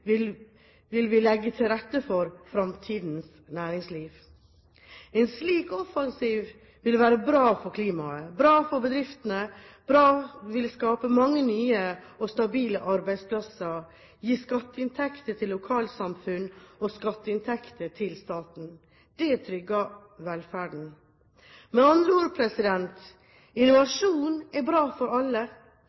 vil vi legge til rette for fremtidens næringsliv. En slik offensiv vil være bra for klimaet, bra for bedriftene, skape mange nye og stabile arbeidsplasser, gi skatteinntekter til lokalsamfunn og skatteinntekter til staten. Det trygger velferden. Med andre ord: Innovasjon er bra for alle.